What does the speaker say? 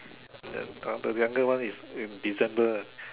then the younger one is in December